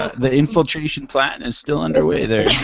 the infiltration plan is still underway there.